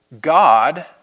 God